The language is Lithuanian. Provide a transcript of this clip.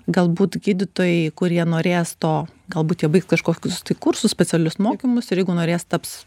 galbūt gydytojai kurie norės to galbūt jie baigs kažkokius tai kursus specialius mokymus ir jeigu norės taps